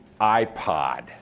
iPod